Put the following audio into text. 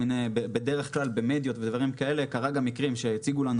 בדרך כלל במדיות ובדברים כאלה קרו גם מקרים שהציגו לנו